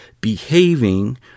behaving